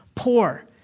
poor